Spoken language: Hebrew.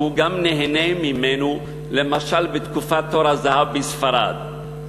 שהוא גם נהנה ממנו, למשל בתור הזהב בספרד.